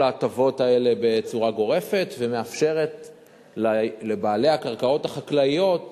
ההטבות האלה בצורה גורפת ומאפשרת לבעלי הקרקעות החקלאיות